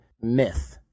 myth